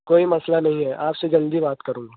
کوئی مسئلہ نہیں ہے آپ سے جلدی بات کروں گا